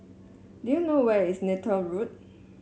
do you know where is Neythal Road